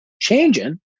changing